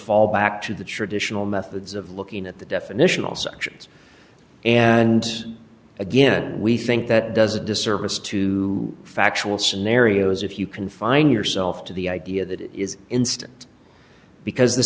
fall back to the traditional methods of looking at the definitional sections and again we think that does a disservice to factual scenarios if you can find yourself to the idea that it is instant because the